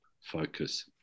focus